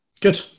good